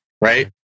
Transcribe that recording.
right